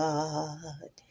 God